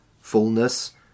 fullness